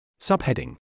Subheading